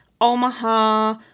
Omaha